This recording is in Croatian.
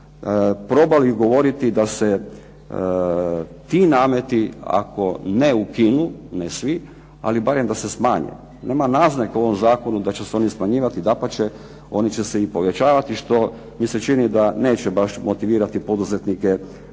recesiji probali govoriti da se ti nameti ako ne ukinu, ne svi, ali barem da se smanje. Nema naznake u ovom zakonu da će se oni smanjivati. Dapače, oni će se i povećavati što mi se čini da neće baš motivirati poduzetnike da